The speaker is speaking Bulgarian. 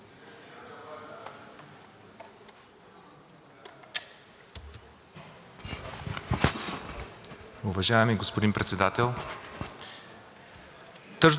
Уважаеми господин Председател, тъжно ми е, защото в нашето Народно събрание, четейки това решение от тази сутрин, виждам, че на първо място са интересите на Украйна.